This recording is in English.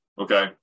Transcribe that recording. Okay